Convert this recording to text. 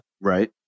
right